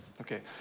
okay